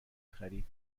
خرید